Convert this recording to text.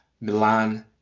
Milan